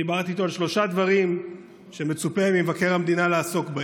דיברתי איתו על שלושה דברים שמצופה ממבקר המדינה לעסוק בהם.